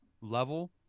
level